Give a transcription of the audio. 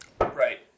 Right